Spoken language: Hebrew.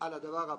על הדבר הבא: